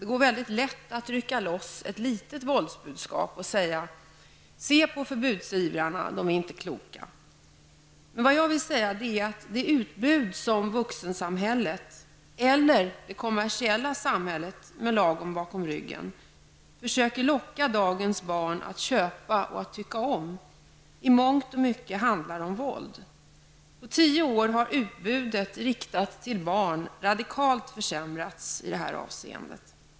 Det går väldigt lätt att rycka loss ett litet våldsbudskap och säga: Se på förbudsivrarna, de är inte kloka. Vad jag vill säga är, att det utbud som vuxensamhället -- eller det kommersiella samhället med lagen bakom ryggen -- försöker locka barn i dag att köpa och tycka om, i mångt och mycket handlar om våld. På tio år har utbudet riktat till barn radikalt försämrats i detta avseende.